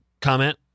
comment